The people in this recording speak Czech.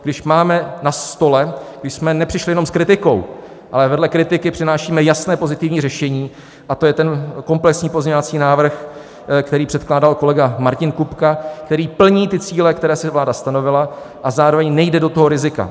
Když máme na stole my jsme nepřišli jenom s kritikou, ale vedle kritiky přinášíme jasné pozitivní řešení a to je ten komplexní pozměňovací návrh, který předkládal kolega Martin Kupka, který plní ty cíle, které si vláda stanovila, a zároveň nejde do toho rizika.